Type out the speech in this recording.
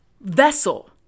vessel